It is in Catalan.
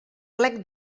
plec